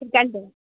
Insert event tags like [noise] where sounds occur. [unintelligible]